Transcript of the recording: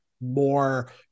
more